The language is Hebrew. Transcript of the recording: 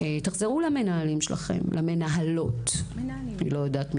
אז אני מבקשת שתשבו ובעוד חודש תחזרו אליי ותגידו מה